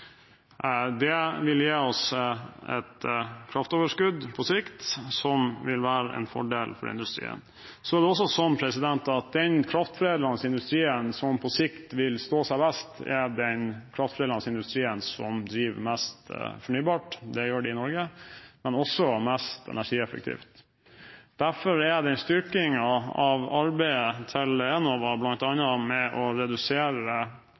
Det vil gi oss et kraftoverskudd på sikt, som vil være en fordel for industrien. Så er det også sånn at den kraftforedlende industrien som på sikt vil stå seg best, er den kraftforedlende industrien som driver mest fornybart – det gjør den i Norge – og mest energieffektivt. Derfor er en styrking av arbeidet til Enova bl.a. med å redusere